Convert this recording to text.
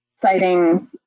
citing